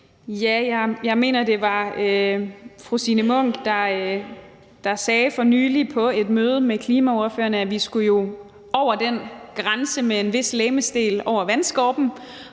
Ja, jeg mener, det var fru Signe Munk, der på et møde med klimaordførerne for nylig sagde, at vi jo skulle over den grænse med en vis legemsdel over vandskorpen,